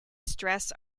stress